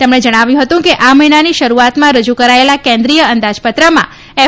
તેમણે જણાવ્યું હતું કે આ મહિનાની શરૂઆતમાં રજૂ કરાયેલા કેન્દ્રિય અંદાજપત્રમાં એફ